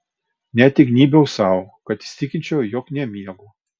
net įgnybiau sau kad įsitikinčiau jog nemiegu